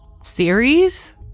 series